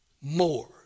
more